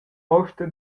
posta